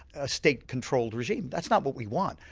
a state controlled regime. that's not what we want.